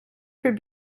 for